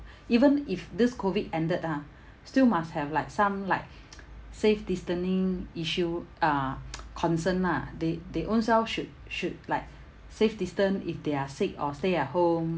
even if this COVID ended ah still must have like some like safe distancing issue uh concern ah they they own self should should like safe distance if they are sick or stay at home